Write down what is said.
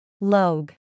LOG